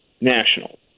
national